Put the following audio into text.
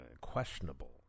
questionable